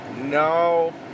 No